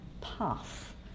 path